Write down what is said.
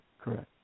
correct